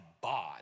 bod